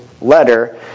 letter